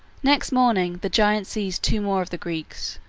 next morning the giant seized two more of the greeks,